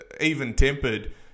even-tempered